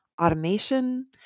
automation